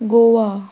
Goa